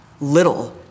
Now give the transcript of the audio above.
little